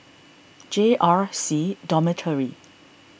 J R C Dormitory